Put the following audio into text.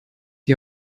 die